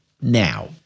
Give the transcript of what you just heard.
Now